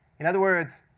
in other words,